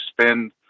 spend